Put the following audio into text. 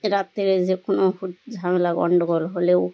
রাত্রে যে কোনো ঝামেলা গণ্ডগোল হলেও